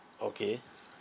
okay